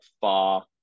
far